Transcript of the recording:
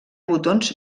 botons